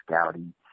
scouting